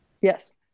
Yes